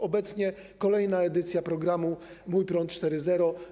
Obecnie jest kolejna edycja programu ˝Mój prąd 4.0˝